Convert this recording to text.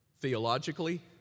Theologically